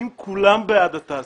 אם כולם בעד התעשייה,